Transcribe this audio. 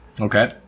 Okay